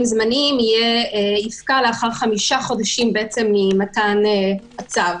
זמניים יפקע לאחר חמישה חודשים ממתן הצו.